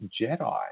Jedi